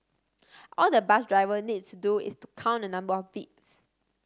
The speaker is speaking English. all the bus driver needs to do is to count the number of beeps